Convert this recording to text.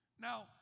Now